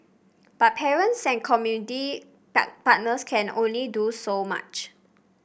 but parents and community partners can only do so much